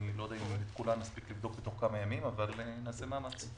אני לא יודע אם נוכל לבדוק תוך כמה ימים אבל נעשה מאמץ.